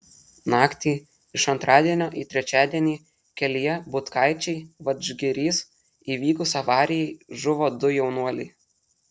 naktį iš antradienio į trečiadienį kelyje butkaičiai vadžgirys įvykus avarijai žuvo du jaunuoliai